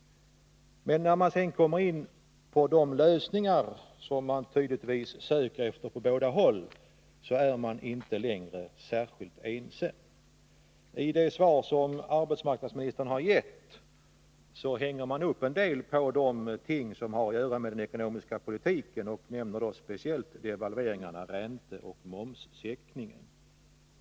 Men när man sedan kommer in på de lösningar som man tydligen söker efter på båda håll är man inte längre särskilt ense. I det svar som arbetsmarknadsministern har gett hänvisas till förhållanden som har att göra med den ekonomiska politiken, och man nämner speciellt devalvering, ränteoch momssänkning.